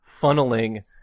funneling